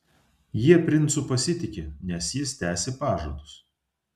jie princu pasitiki nes jis tesi pažadus